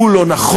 הוא לא נכון,